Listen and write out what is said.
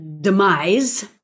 demise